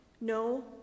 No